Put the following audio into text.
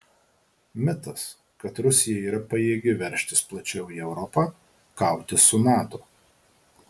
mitas kad rusija yra pajėgi veržtis plačiau į europą kautis su nato